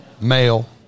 Male